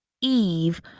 eve